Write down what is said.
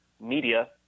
media